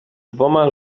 dwoma